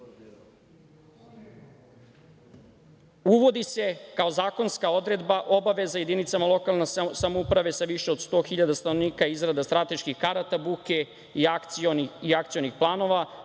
se kao zakonska odredba obaveza jedinicama lokalne samouprave sa više od 100 hiljada stanovnika izrada strateških karata buke i akcionih planova,